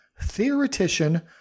theoretician